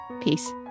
Peace